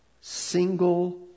single